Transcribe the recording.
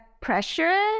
pressure